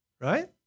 right